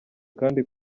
kandi